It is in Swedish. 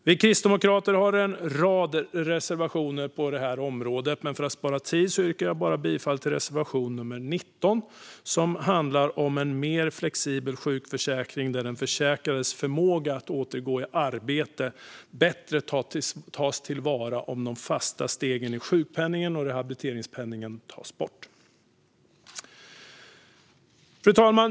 Vi kristdemokrater har en rad reservationer på detta område, men för att spara tid yrkar jag bifall bara till reservation nummer 19 om en mer flexibel sjukförsäkring där den försäkrades förmåga att återgå i arbete bättre tas till vara om de fasta stegen i sjukpenningen och rehabiliteringspenningen tas bort. Fru talman!